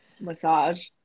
massage